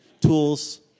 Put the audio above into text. tools